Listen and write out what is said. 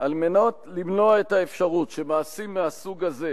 על מנת למנוע את האפשרות שמעשים מהסוג הזה,